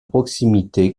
proximité